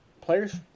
Players